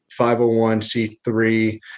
501c3